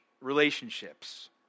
relationships